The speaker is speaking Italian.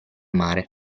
mare